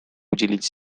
уделить